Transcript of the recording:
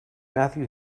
matthew